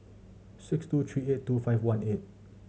six two three eight two five one eight